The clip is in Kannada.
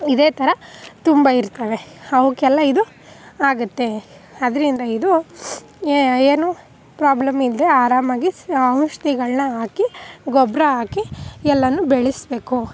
ಇದೇ ಥರ ತುಂಬ ಇರ್ತವೆ ಅವಕ್ಕೆಲ್ಲ ಇದು ಆಗುತ್ತೆ ಅದರಿಂದ ಇದು ಏನು ಪ್ರಾಬ್ಲಮ್ ಇಲ್ಲದೆ ಆರಾಮಾಗಿ ಸ್ ಔಷಧಿಗಳ್ನ ಹಾಕಿ ಗೊಬ್ಬರ ಹಾಕಿ ಎಲ್ಲನೂ ಬೆಳೆಸ್ಬೇಕು